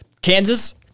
Kansas